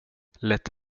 lätt